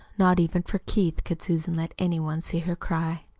not even for keith could susan let any one see her cry.